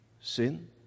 sin